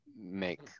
make